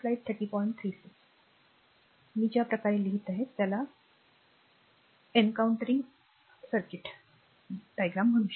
तर मी ज्या प्रकारे इथे लिहित आहे त्याला तोंड देत आहे